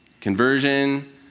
Conversion